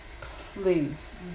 Please